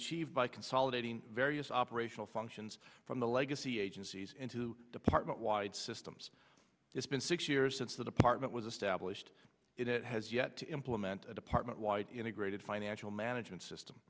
achieved by consolidating various operational functions from the legacy agencies into department wide systems it's been six years since the department was established it has yet to implement a department wide integrated financial management system